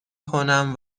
کنم